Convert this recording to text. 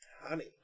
Honey